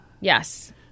Yes